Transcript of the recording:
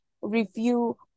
review